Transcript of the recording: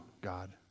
God